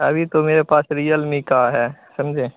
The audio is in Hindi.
अभी तो मेरे पास रियलीमी का है समझें